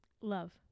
Love